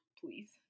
Please